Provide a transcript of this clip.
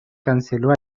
canceló